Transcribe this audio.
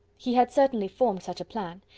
he had certainly formed such a plan,